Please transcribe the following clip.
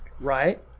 right